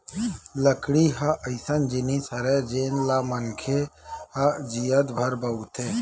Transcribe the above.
लकड़ी ह अइसन जिनिस हरय जेन ल मनखे ह जियत भर बउरथे